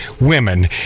women